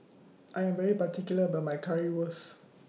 I Am very particular about My Currywurst